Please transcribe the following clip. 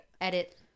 edit